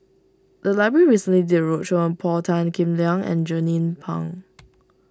the library recently did a roadshow on Paul Tan Kim Liang and Jernnine Pang